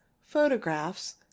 photographs